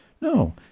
No